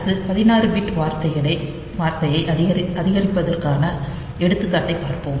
அடுத்து 16 பிட் வார்த்தையை அதிகரிப்பதற்கான எடுத்துக்காட்டைப் பார்ப்போம்